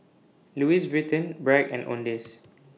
Louis Vuitton Bragg and Owndays